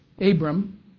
Abram